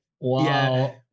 wow